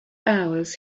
hours